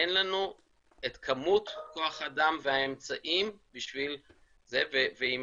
אין לנו את כמות כוח האדם והאמצעים בשביל זה ואם